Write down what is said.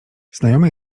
znajomy